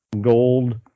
gold